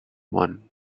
one